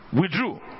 withdrew